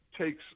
takes